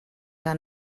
que